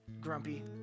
grumpy